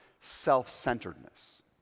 self-centeredness